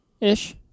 Ish